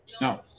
No